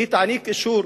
זה ייתן אישור.